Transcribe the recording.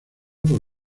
por